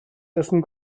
essen